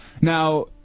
Now